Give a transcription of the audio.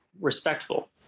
respectful